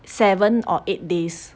seven or eight days